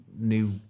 new